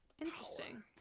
interesting